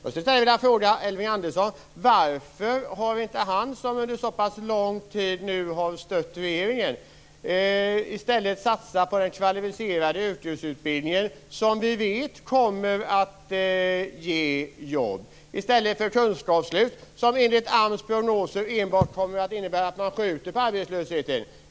Jag skulle vilja fråga Elving Andersson varför inte han, som under så pass lång tid har stött regeringen, i stället satsat på den kvalificerade yrkesutbildningen. Vi vet ju att den kommer att ge jobb. Kunskapslyftet kommer enligt AMS prognoser enbart att innebära att man skjuter på arbetslösheten.